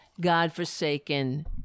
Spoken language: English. godforsaken